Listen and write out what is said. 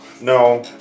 No